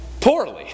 poorly